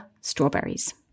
strawberries